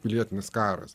pilietinis karas